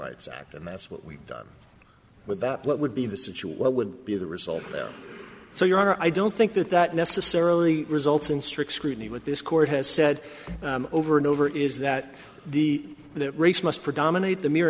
rights act and that's what we've done with that what would be the situ what would be the result there so your honor i don't think that that necessarily results in strict scrutiny with this court has said over and over is that the that race must predominate the mere